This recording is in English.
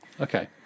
Okay